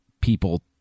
people